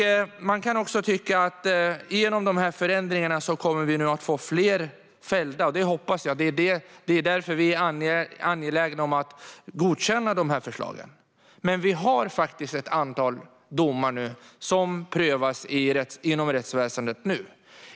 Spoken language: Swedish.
Man kan tycka att vi genom dessa förändringar kommer att få fler fällda, och det hoppas jag. Det är därför vi är angelägna om att dessa förslag godkänns. Vi har ett antal domar som prövas inom rättsväsendet nu.